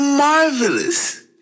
Marvelous